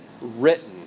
written